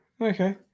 Okay